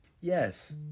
Yes